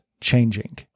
changing